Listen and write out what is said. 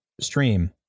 stream